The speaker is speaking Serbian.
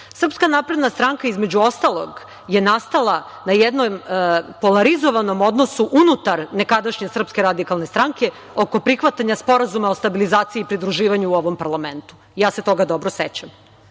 Srpska napredna stranka, između ostalog, je nastala na jednom polarizovanom odnosu unutar nekadašnje SRS oko prihvatanja Sporazuma o stabilizaciji i pridruživanju u ovom parlamentu. Ja se toga dobro sećam. Dakle,